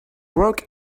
broke